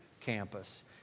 Campus